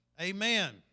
Amen